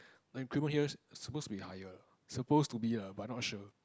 the increment here I suppose to be higher suppose to be lah but not sure